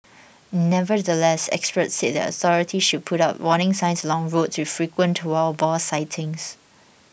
nevertheless experts said that authorities should put up warning signs along roads with frequent to our boar sightings